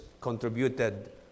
contributed